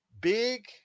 big